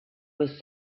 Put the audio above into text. was